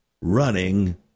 running